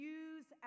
use